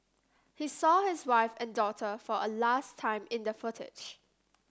he saw his wife and daughter for a last time in the footage